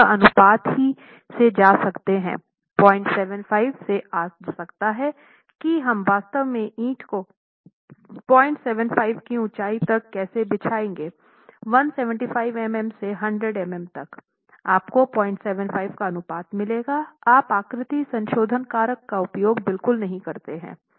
तो यह अनुपात ही से जा सकते हैं 075 से जा सकता है कि हम वास्तव में ईंट को 075 की ऊंचाई तक कैसे बिछाएंगे 175 मिमी से 100 मिमी तक आपको 075 का अनुपात मिलेगा आप आकृति संशोधन कारक का उपयोग बिल्कुल नहीं करते हैं